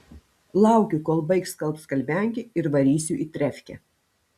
laukiu kol baigs skalbt skalbiankė ir varysiu į trefkę